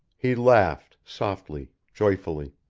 he laughed, softly, joyfully.